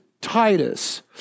Titus